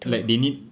like they need to